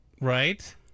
Right